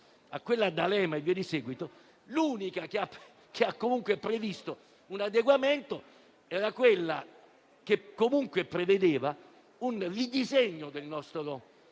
a quella D'Alema e via di seguito, l'unica che ha comunque previsto un adeguamento era quella che prevedeva un ridisegno del nostro